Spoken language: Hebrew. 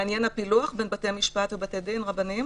מעניין הפילוח בין בתי משפט ובתי דין רבניים?